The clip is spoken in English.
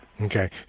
Okay